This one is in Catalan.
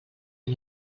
amb